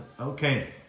okay